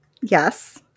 Yes